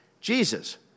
Jesus